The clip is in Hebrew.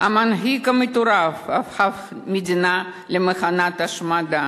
מנהיג מטורף הפך מדינה למכונת השמדה,